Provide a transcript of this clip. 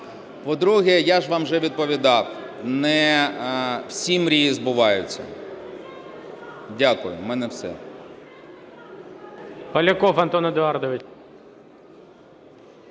По-друге, я ж вам вже відповідав: не всі мрії збуваються. Дякую. У мене все.